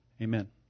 Amen